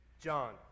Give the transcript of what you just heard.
John